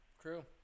True